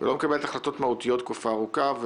ולא מקבלת החלטות מהותיות תקופה ארוכה.